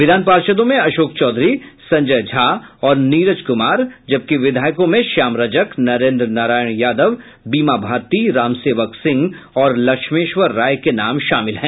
विधान पार्षदों में अशोक चौधरी संजय झा और नीरज कुमार जबकि विधायकों में श्याम रजक नरेंद्र नारायण यादव बीमा भारती रामसेवक सिंह और लक्ष्मेश्वर राय के नाम शामिल हैं